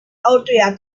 autoridad